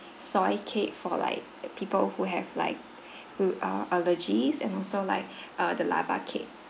soy cake for like people who have like who are allergies and also like uh the lava cake